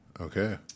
Okay